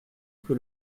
que